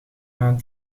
aan